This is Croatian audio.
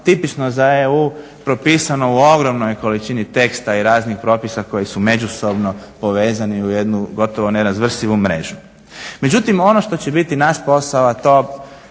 tipično za EU propisano u ogromnoj količini teksta i raznih propisa koji su međusobno povezani u jednu gotovo nerazmrsivu mrežu. Međutim, ono što će biti naš posao a to